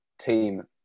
team